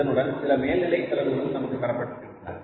இதனுடன் சில மேல்நிலை செலவுகளும் நமக்குத் தரப்பட்டிருக்கிறது